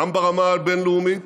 גם ברמה הבין-לאומית